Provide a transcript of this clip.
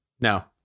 No